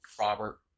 Robert